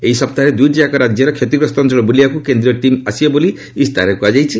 ଏଇ ସପ୍ତାହରେ ଦ୍ରଇଟିଯାକ ରାଜ୍ୟର କ୍ଷତିଗ୍ରସ୍ତ ଅଞ୍ଚଳ ବ୍ରଲିବାକ୍ କେନ୍ଦ୍ରୀୟ ଟିମ୍ ଆସିବେ ବୋଲି ଇସ୍ତାହାରରେ କୁହାଯାଇଛି